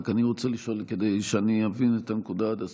אני רק רוצה לשאול כדי שאני אבין את הנקודה עד הסוף.